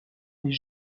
n’est